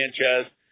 Sanchez